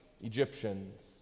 Egyptians